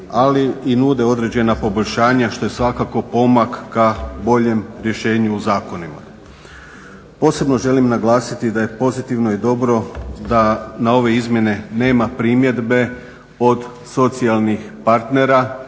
ali i nude određena poboljšanja što je svakako pomak ka boljem rješenju u zakonu. Posebno želim naglasiti da je pozitivno i dobro da na ove izmjene nema primjedbe od socijalnih partnera